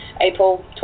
April